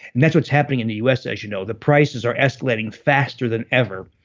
and that's what's happening in the u s. as you know, the prices are escalating faster than ever.